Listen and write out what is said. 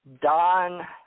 Don